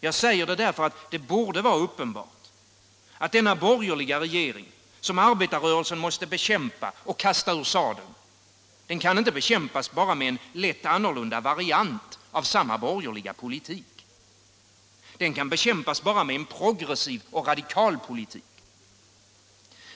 Jag säger det därför att det borde vara uppenbart att den borgerliga regeringen, som arbetarrörelsen måste bekämpa och kasta ur sadeln, inte kan bekämpas med en lätt annorlunda variant av samma borgerliga politik. Den kan bekämpas bara med en progressiv och radikal politik.